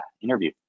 interview